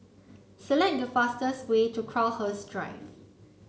select the fastest way to Crowhurst Drive